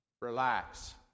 relax